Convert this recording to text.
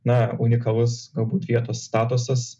na unikalus galbūt vietos statusas